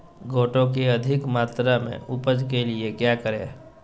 गोटो की अधिक मात्रा में उपज के लिए क्या करें?